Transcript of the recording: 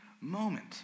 moment